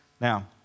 Now